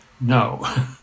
No